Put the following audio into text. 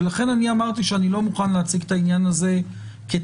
ולכן אמרתי שאני לא מוכן להציג את העניין הזה כתנאי,